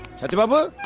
satti babu.